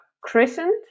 christened